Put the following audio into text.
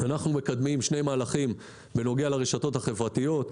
אנחנו מקדמים שני מהלכים בנוגע לרשתות החברתיות,